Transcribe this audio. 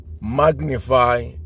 magnify